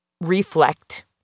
reflect